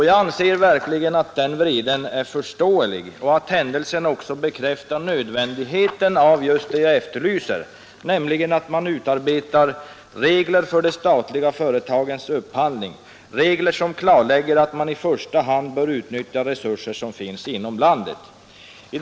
Jag anser att den vreden verkligen är förståelig och att händelsen också bekräftar nödvändigheten av just det jag efterlyser, nämligen att man utarbetar regler för de statliga företagens upphandling, regler som klarlägger att man i första hand bör utnyttja resurser som finns inom landet och inom regionen.